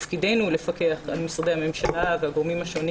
תפקידנו לפקח על משרדי הממשלה והגורמים השונים